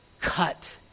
cut